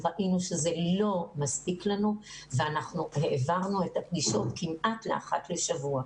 ראינו שזה לא מספיק לנו ואנחנו העברנו את הפגישות כמעט לאחת לשבוע.